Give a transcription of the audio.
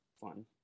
fun